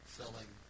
selling